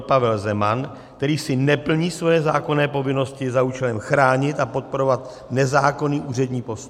Pavel Zeman, který si neplní svoje zákonné povinnosti za účelem chránit a podporovat nezákonný úřední postup.